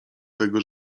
tego